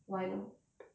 why though